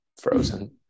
frozen